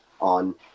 on